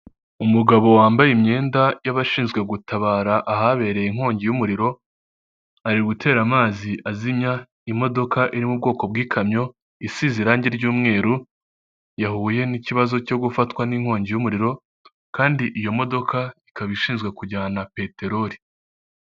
Umugabo wambaye imyenda y'abashinzwe gutabara ahabereye inkongi y'umuriro, ari gutera amazi azimya imodoka iri mu ubwoko bw'ikamyo, isize irangi ry'umweru yahuye n'ikibazo cyo gufatwa n'inkongi y'umuriro, kandi iyo modoka ikaba ishinzwe kujyana peteroli.